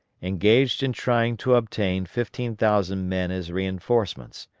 engaged in trying to obtain fifteen thousand men as reinforcements.